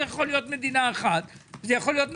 יכול להיות מדינה אחת וזה יכול להיות נכון.